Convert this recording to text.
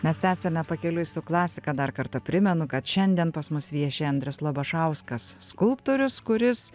mes esame pakeliui su klasika dar kartą primenu kad šiandien pas mus vieši andrius labašauskas skulptorius kuris